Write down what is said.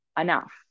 enough